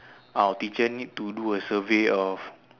our teacher need to do a survey of